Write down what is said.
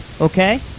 Okay